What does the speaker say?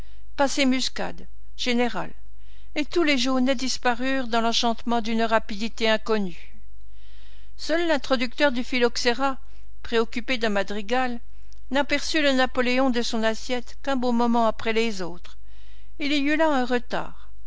passez muscade général et tous les jaunets disparurent dans l'enchantement d'une rapidité inconnue seul l'introducteur du phylloxera préoccupé d'un madrigal n'aperçut le napoléon de son assiette qu'un bon moment après les autres il y eut là un retard